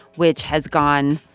which has gone.